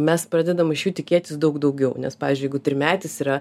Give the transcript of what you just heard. mes pradedam iš jų tikėtis daug daugiau nes pavyzdžiui jeigu trimetis yra